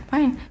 Fine